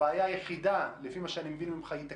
לפי מה שאני מבין ממך הבעיה היחידה היא תקציבית,